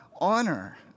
honor